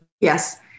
Yes